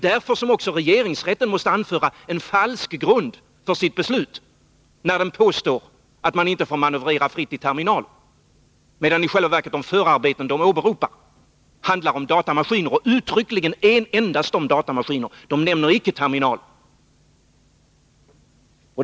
Därför måste även regeringsrätten anföra en falsk grund för sitt beslut, när den påstår att man inte får manövrera fritt i terminaler, medan i själva verket de förarbeten som åberopas handlar om datamaskiner och uttryckligen endast om datamaskiner. De nämner inte terminaler.